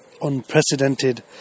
unprecedented